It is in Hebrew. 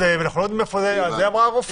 זה אמרה הרופאה.